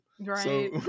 Right